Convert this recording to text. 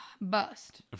bust